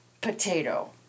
potato